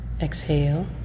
Exhale